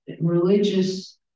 religious